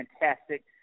fantastic